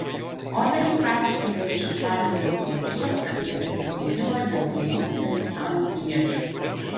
orderį kratai išdavė šveicarijos prokuratūra atliekanti tyrimą dėl kelių uzbekistano piliečių